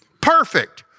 Perfect